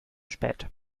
spät